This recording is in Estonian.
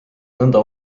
nõnda